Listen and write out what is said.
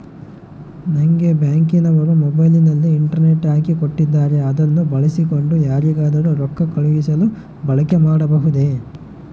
ನಂಗೆ ಬ್ಯಾಂಕಿನವರು ಮೊಬೈಲಿನಲ್ಲಿ ಇಂಟರ್ನೆಟ್ ಹಾಕಿ ಕೊಟ್ಟಿದ್ದಾರೆ ಅದನ್ನು ಬಳಸಿಕೊಂಡು ಯಾರಿಗಾದರೂ ರೊಕ್ಕ ಕಳುಹಿಸಲು ಬಳಕೆ ಮಾಡಬಹುದೇ?